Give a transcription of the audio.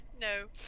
no